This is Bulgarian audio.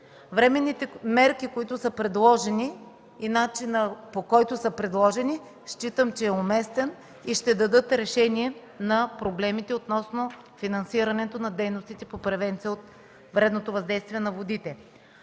временни мерки и начинът, по който са предложени, считам, че е уместен и ще дадат решение на проблемите относно финансирането на дейностите по превенция от вредното въздействие на водите.